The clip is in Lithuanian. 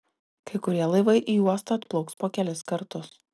kai kurie laivai į uostą atplauks po kelis kartus